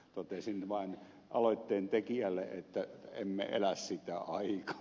totesin vain aloitteen tekijälle että emme elä sitä aikaa